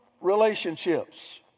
relationships